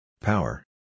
Power